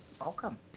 welcome